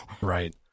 Right